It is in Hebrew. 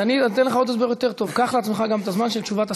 אז אני נותן לך עוד הסבר יותר טוב: קח לעצמך גם את הזמן של תשובת השר.